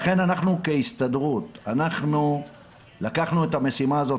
לכן אנחנו כהסתדרות לקחנו את המשימה הזאת